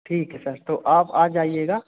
ठीक है सर तो आप आ जाइएगा